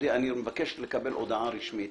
מבקש לקבל הודעה רשמית